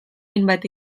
hainbat